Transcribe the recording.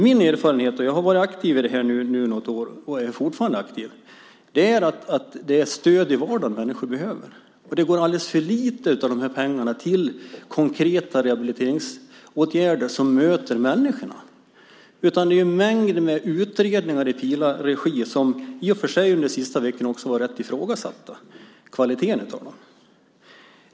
Min erfarenhet - jag har varit aktiv i detta sedan något år och är fortfarande aktiv - är att det är stöd i vardagen som människor behöver. Alldeles för lite av pengarna går till konkreta rehabiliteringsåtgärder som möter människorna. Det görs en mängd utredningar i Pilas regi. Deras kvalitet har i och för sig blivit ifrågasatt under de senaste veckorna.